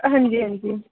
हां जी हां जी